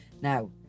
Now